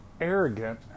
arrogant